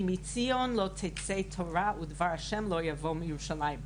כי מציון לא תצא תורה ודבר ה' לא יבוא מירושלים.